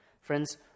Friends